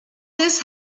this